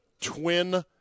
twin